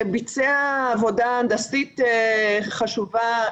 ביצע עבודה הנדסית חשובה,